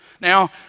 Now